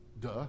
Duh